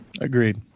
Agreed